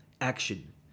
Action